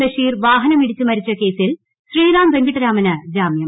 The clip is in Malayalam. ബഷീർ വാഹനമിടിച്ച് മരിച്ച കേസിൽ ശ്രീറാം വെങ്കിട്ടരാമന് ജാമ്യം